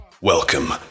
welcome